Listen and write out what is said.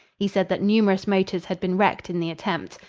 he said that numerous motors had been wrecked in the attempt.